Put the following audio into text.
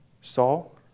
Saul